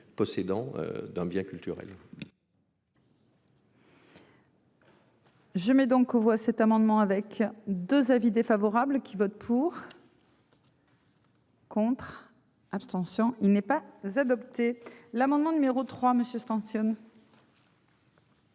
Possédant d'un bien culturel. Je mets donc aux voix cet amendement avec 2 avis défavorables qui vote pour. Contre, abstention il n'est pas vous adoptez l'amendement numéro 3 Monsieur sanctionne.